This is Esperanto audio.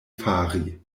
fari